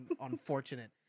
unfortunate